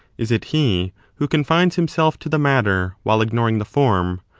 is it he who confines himself to the matter, while ignoring the form?